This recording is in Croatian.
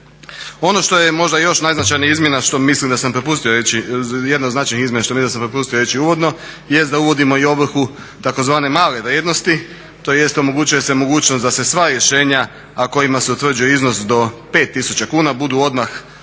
reći, jedna od značajnih izmjena što mislim da sam propustio reći uvodno jest da uvodimo i ovrhu tzv. male vrijednosti tj. omogućuje se mogućnost da se sva rješenja a kojima se utvrđuje iznos do 5 tisuća kuna budu odmah ovršna